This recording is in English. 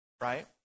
right